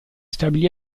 stabilì